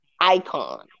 icon